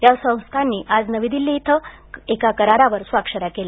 या संस्थांनी आज नवी दिल्ली इथं एका करारावर स्वाक्षऱ्या केल्या